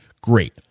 great